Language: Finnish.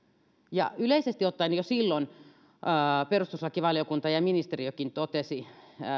ja yleisesti ottaen jo silloin perustuslakivaliokunta ja ministeriökin totesivat